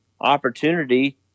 opportunity